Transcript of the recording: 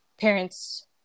parents